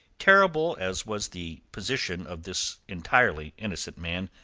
terrible as was the position of this entirely innocent man,